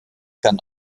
kann